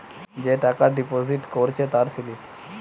যে টাকা ডিপোজিট করেছে তার স্লিপ